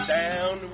down